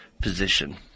position